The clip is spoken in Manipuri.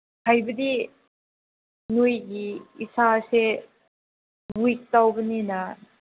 ꯍꯥꯏꯕꯗꯤ ꯅꯣꯏꯒꯤ ꯏꯁꯥꯁꯦ ꯋꯤꯛ ꯇꯧꯕꯅꯤꯅ